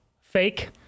fake